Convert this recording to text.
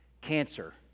cancer